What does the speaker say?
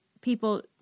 people